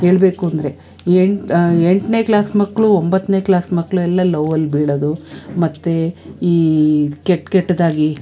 ಹೇಳ್ಬೇಕು ಅಂದರೆ ಎಂಟು ಎಂಟನೇ ಕ್ಲಾಸ್ ಮಕ್ಕಳು ಒಂಬತ್ತನೇ ಕ್ಲಾಸ್ ಮಕ್ಕಳು ಎಲ್ಲ ಲವ್ವಲ್ಲಿ ಬೀಳೋದು ಮತ್ತು ಈ ಕೆಟ್ಟ ಕೆಟ್ಟದಾಗಿ